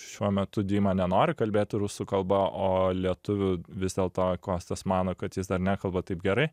šiuo metu dima nenori kalbėti rusų kalba o lietuvių vis dėlto kostas mano kad jis dar nekalba taip gerai